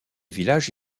village